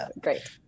Great